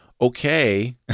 okay